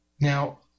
Now